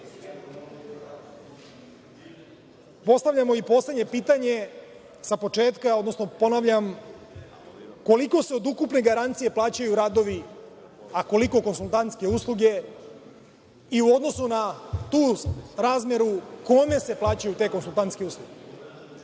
veći? Postavljamo i poslednje pitanje sa početka, odnosno ponavljam koliko se od ukupne garancije plaćaju radovi, a koliko konsultantske usluge i, u odnosu na tu srazmeru, kome se plaćaju te konsultantske usluge? To,